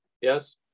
Yes